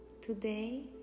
Today